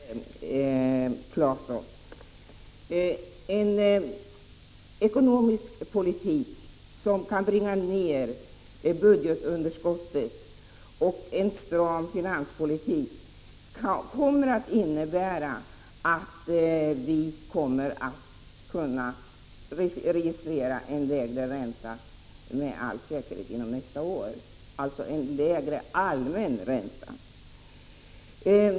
Herr talman! Jag skall börja med att kommentera Tore Claesons inlägg. En ekonomisk politik som kan bringa ner budgetunderskottet och en stram finanspolitik kommer att innebära att vi med all säkerhet kommer att kunna registrera en lägre allmän ränta under loppet av nästa år.